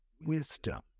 wisdom